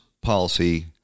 policy